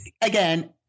again